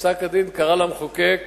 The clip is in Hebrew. פסק-הדין קרא למחוקק